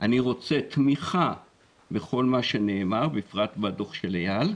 אני רוצה תמיכה בכל מה שנאמר, בפרט בדוח של איל,